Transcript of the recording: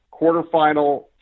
quarterfinal